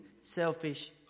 selfish